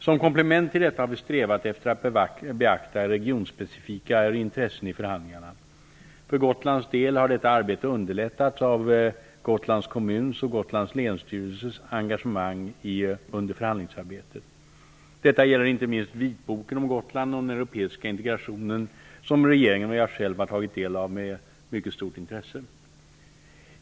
Som komplement till detta har vi strävat efter att beakta regionspecifika intressen i förhandlingarna. För Gotlands del har detta arbete underlättats av Gotlands kommuns och Gotlands länsstyrelses engagemang under förhandlingsarbetet. Detta gäller inte minst Vitboken om Gotland och den Europeiska integrationen som regeringen och jag själv har tagit del av med stort intresse.